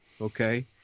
Okay